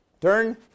turn